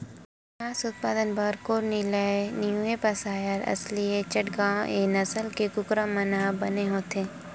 मांस उत्पादन बर कोरनिलए न्यूहेपसायर, असीलए चटगाँव ए नसल के कुकरा मन ह बने होथे